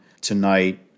tonight